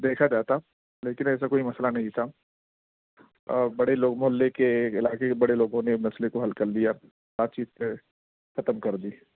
دیکھا جاتا لیکن ایسا کوئی مسئلہ نہیں تھا بڑے لوگ محلے کے علاقے کے بڑے لوگوں نے مسئلے کو حل کر لیا بات چیت سے ختم کر دی